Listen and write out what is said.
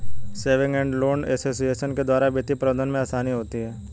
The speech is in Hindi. सेविंग एंड लोन एसोसिएशन के द्वारा वित्तीय प्रबंधन में आसानी होती है